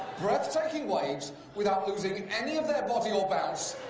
breathtaking waves without losing any of their body or bounce.